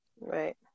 right